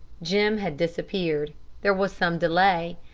jim had disappeared there was some delay.